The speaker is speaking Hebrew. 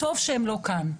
טוב שהם לא כאן,